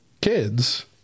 kids